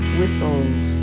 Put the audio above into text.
whistles